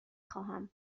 خواهم